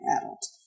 adult